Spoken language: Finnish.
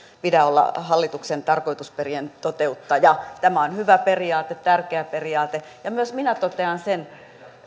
pidä olla hallituksen tarkoitusperien toteuttaja tämä on hyvä periaate tärkeä periaate ja myös minä totean sen